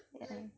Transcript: yeah